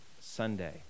Sunday